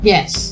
Yes